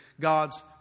God's